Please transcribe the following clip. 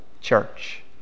church